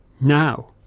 Now